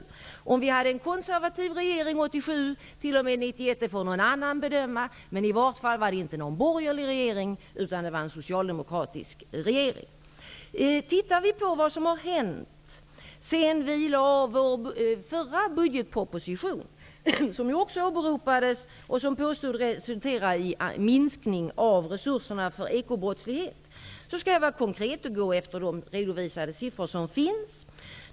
Huruvida vi hade en konservativ regering 1987--1991 får någon annan bedöma, men det var i varje fall inte en borgerlig regering utan en socialdemokratisk. Vår förra budgetproposition åberopades och påstods resultera i en minskning av resurserna för ekobrottslighet. Vad har då hänt sedan vi lade fram den budgetpropositionen? Jag skall vara konkret och gå efter de siffror som har redovisats.